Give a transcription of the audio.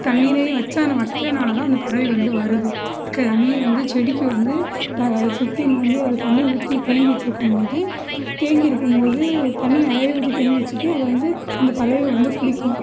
தண்ணீரையும் வைச்சா வைக்கிறனால்தான் அந்த பறவைகள் வந்து வருது தண்ணி வந்து செடிக்கு வந்து த சுற்றி நோண்டி அதில் தண்ணி ஊற்றி தேங்கி வச்சுருக்கும் போது தேங்கி இருக்கும் போது தண்ணி நிறையவே ஊற்றி தேங்கி வச்சுப்பேன் அது வந்து அந்த பறவைகள் வந்து குடிக்கும்